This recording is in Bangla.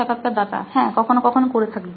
সাক্ষাৎকারদাতা হ্যাঁ কখনো কখনো করে থাকি